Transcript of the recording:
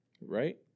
Right